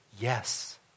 yes